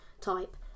type